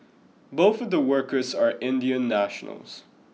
both of the workers are Indian nationals